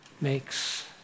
makes